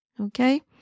Okay